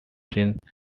since